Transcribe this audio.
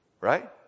right